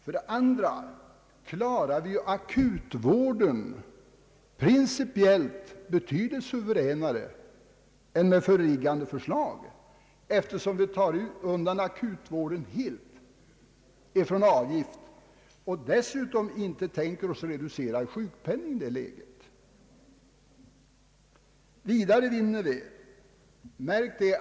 För det andra klarar vi akutvården principiellt betydligt mera suveränt än med föreliggande förslag, eftersom vi tar undan akutvården helt från avgift och dessutom inte tänker oss att reducera sjukpenningen i det läget. För det tredje vinner vi — märk det!